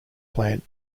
plant